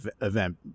event